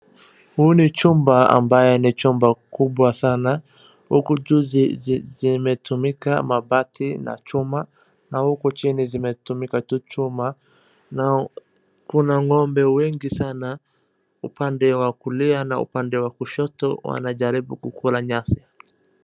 Huu ni chumba, ambayo ni chumba kubwa sana, huku juu zimetumika mabati na chuma, na huku chini zimetumika tu chuma na kuna ng'ombe wengi sana upande wa kulia na upande wa kushoto, wanajaribu kukula nyasi.